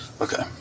Okay